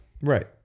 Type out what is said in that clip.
Right